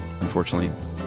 Unfortunately